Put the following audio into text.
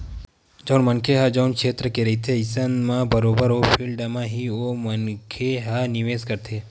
जउन मनखे ह जउन छेत्र के रहिथे अइसन म बरोबर ओ फील्ड म ही ओ मनखे ह निवेस करथे